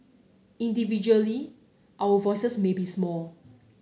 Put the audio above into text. individually our voices may be small